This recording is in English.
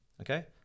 okay